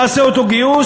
תעשה אותו גיוס,